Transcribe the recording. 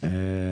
באכסאל יש תחנה?